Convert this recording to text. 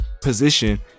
position